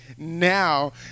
now